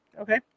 Okay